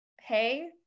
Hey